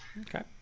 okay